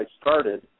started